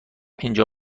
اینجا